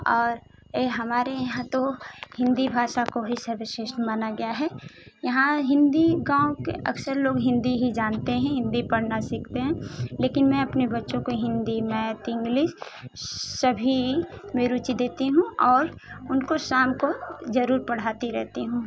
और ए हमारे यहाँ तो हिन्दी भाषा को ही सर्वश्रेष्ठ माना गया है यहाँ हिन्दी गाँव के अक्सर लोग हिन्दी ही जानते हैं हिन्दी पढ़ना सीखते हैं लेकिन मैं अपने बच्चों को हिन्दी मैथ इंग्लिस सभी में रुचि देती हूँ और उनको शाम को जरूर पढ़ाती रहती हूँ